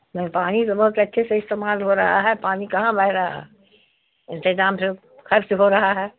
نہیں پانی تو بہت اچھے سے استعمال ہو رہا ہے پانی کہاں بہہ رہا انتظام سے خرچ ہو رہا ہے